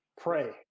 pray